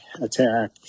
attack